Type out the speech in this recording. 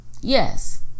Yes